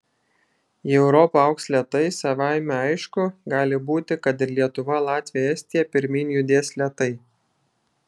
jei europa augs lėtai savaime aišku gali būti kad ir lietuva latvija estija pirmyn judės lėtai